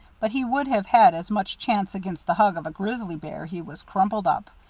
but he would have had as much chance against the hug of a grizzly bear he was crumpled up.